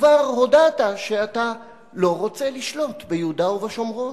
כבר הודעת שאתה לא רוצה לשלוט ביהודה ובשומרון.